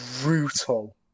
brutal